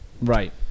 Right